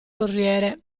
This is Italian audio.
corriere